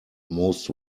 most